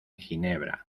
ginebra